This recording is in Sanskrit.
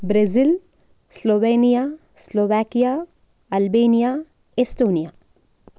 Brazil Slovenia Slovakia Albania Estonia